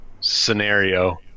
scenario